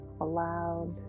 aloud